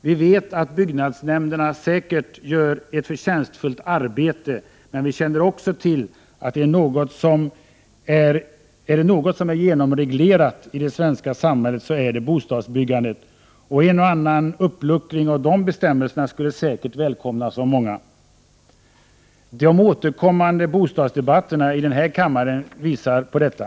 Vi vet att byggnadsnämnderna säkerligen gör ett förtjänstfullt arbete, men vi känner också till att om något är genomreglerat i det svenska samhället så är det bostadsbyggandet. En och annan uppluckring av bestämmelserna skulle säkert välkomnas av många. De återkommande Prot. 1988/89:129 bostadsdebatterna i den här kammaren visar detta.